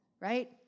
Right